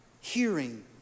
hearing